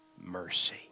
mercy